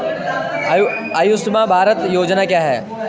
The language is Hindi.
आयुष्मान भारत योजना क्या है?